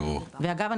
אגב,